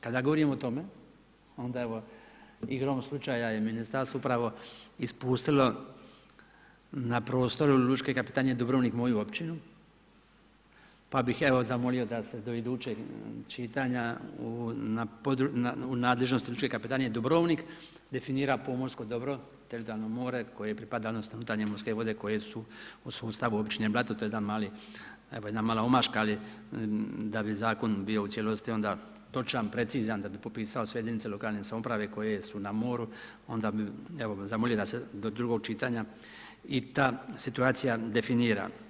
Kada govorimo o tome, onda evo, igrom slučaja je ministarstvo upravo ispustilo na prostoru lučke kapetanije Dubrovnik, moju općinu pa bih evo zamolio da se do idućeg čitanja u nadležnosti lučke kapetanije Dubrovnik, definira pomorsko dobro tako da more koje pripada odnosno unutarnje morske vode koje su u sustavu općine Blato, to je evo jedna mala omaška ali da bi zakon bio u cijelosti onda točan, precizan da bi popisao sve jedinice lokalne samouprave koje su na moru, onda evo zamolio bi da se do drugog čitanja i ta situacija definira.